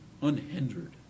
unhindered